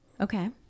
Okay